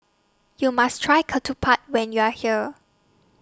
YOU must Try Ketupat when YOU Are here